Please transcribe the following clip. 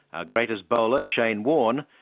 our greatest bowler, shane warne,